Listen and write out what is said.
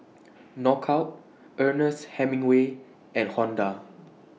Knockout Ernest Hemingway and Honda